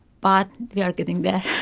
but we are getting there.